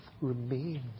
remains